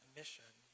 mission